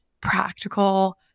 practical